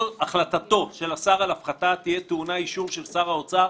"החלטתו של השר על הפחתה תהיה טעונה אישור של שר האוצר